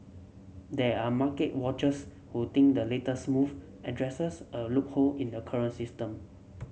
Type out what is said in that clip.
there are market watchers who think the latest move addresses a loophole in the current system